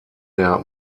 der